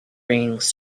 rings